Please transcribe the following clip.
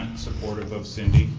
supportive of cindy,